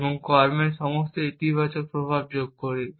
এবং কর্মের সমস্ত ইতিবাচক প্রভাব যোগ করি